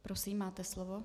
Prosím, máte slovo.